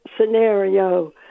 scenario